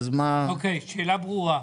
אוקיי, השאלה ברורה.